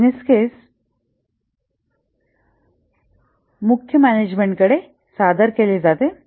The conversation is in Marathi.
बिझनेस केस मुख्य मॅनेजमेंट कडे सादर केले जाते